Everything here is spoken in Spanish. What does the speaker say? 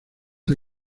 que